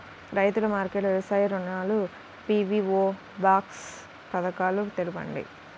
రైతుల మార్కెట్లు, వ్యవసాయ దుకాణాలు, పీ.వీ.ఓ బాక్స్ పథకాలు తెలుపండి?